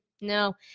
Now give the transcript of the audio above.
no